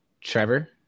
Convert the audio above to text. Trevor